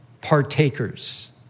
partakers